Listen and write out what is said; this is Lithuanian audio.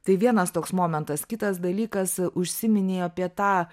tai vienas toks momentas kitas dalykas užsiminei apie tą